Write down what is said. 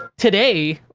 today,